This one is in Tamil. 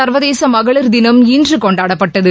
சர்வதேச மகளிர் தினம் இன்று கொண்டாடப்பட்டது